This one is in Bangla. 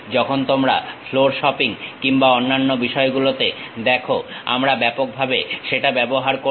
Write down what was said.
যখন তোমরা ফ্লোর শপিং কিংবা অন্যান্য বিষয়গুলোতে দেখো আমরা ব্যাপকভাবে সেটা ব্যবহার করব